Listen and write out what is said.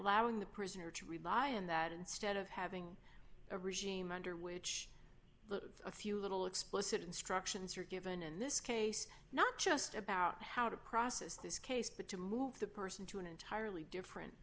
allowing the prisoner to rely on that instead of having a regime under which the a few little explicit instructions are given in this case not just about how to process this case but to move the person to an entirely different